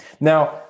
now